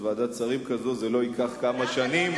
ועדת שרים כזאת זה לא ייקח כמה שנים,